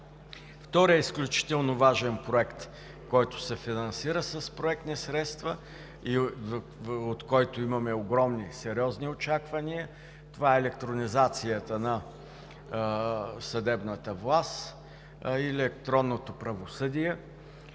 Вторият изключително важен проект, който се финансира с проектни средства и от който имаме огромни сериозни очаквания, е електронизацията на съдебната власт и електронното правосъдие.